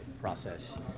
process